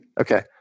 okay